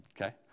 Okay